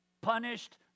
punished